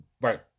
Right